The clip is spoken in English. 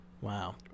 Wow